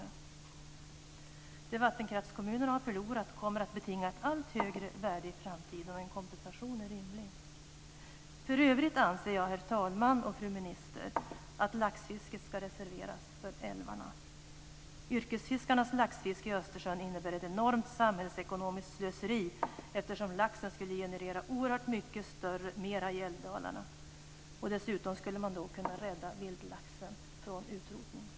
Det som vattenkraftskommunerna har förlorat kommer att betinga ett allt högre värde i framtiden, och en kompensation är rimlig. För övrigt anser jag, herr talman och fru minister, att laxfisket ska reserveras för älvarna. Yrkesfiskarnas laxfiske i Östersjön innebär ett enormt samhällsekonomiskt slöseri, eftersom laxen skulle generera oerhört mera i älvdalarna. Dessutom skulle man då kunna rädda vildlaxen från utrotning.